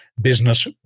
business